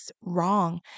wrong